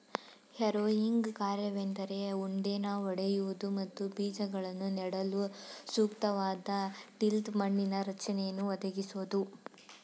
harrowing ಕಾರ್ಯವೆಂದರೆ ಉಂಡೆನ ಒಡೆಯುವುದು ಮತ್ತು ಬೀಜಗಳನ್ನು ನೆಡಲು ಸೂಕ್ತವಾದ ಟಿಲ್ತ್ ಮಣ್ಣಿನ ರಚನೆಯನ್ನು ಒದಗಿಸೋದು